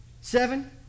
Seven